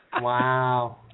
Wow